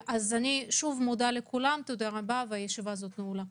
שוב תודה לכולם, ישיבה זו נעולה.